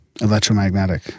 electromagnetic